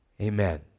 Amen